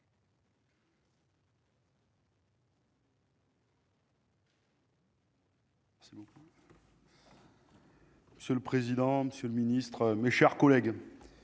C'est le président, Monsieur le Ministre, mes chers collègues,